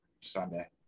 Sunday